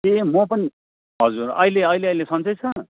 ए म पनि हजुर अहिले अहिले अहिले सन्चै छ